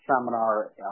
seminar